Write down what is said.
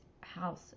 house